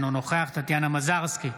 אינו נוכח טטיאנה מזרסקי,